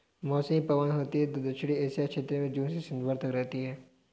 मौसमी पवन होती हैं, जो दक्षिणी एशिया क्षेत्र में जून से सितंबर तक रहती है